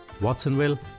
Watsonville